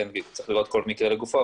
צריך לראות כל מקרה לגופו,